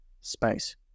space